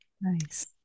Nice